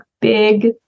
big